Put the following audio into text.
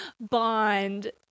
bond